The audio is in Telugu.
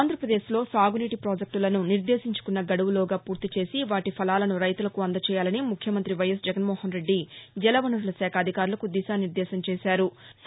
ఆంధ్రప్రదేశ్ లో సాగునీటి ప్రాజెక్టులను నిర్దేశించుకున్న గడువులోగా పూర్తి చేసి వాటి ఫలాలను రైతులకు అందజేయాలని ముఖ్యమంతి వైఎస్ జగన్మోహన్రెడ్డి జల వనరుల శాఖ అధికారులకు దిశా నిర్దేశం చేశారు